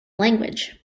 language